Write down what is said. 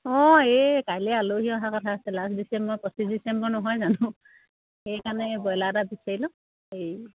অঁ এই কাইলৈ আলহী অহা কথা আছে লাষ্ট ডিচেম্বৰ পঁচিছ ডিচেম্বৰ নহয় জানো সেইকাৰণে ব্ৰইলাৰ এটা বিচাৰিলোঁ হেৰি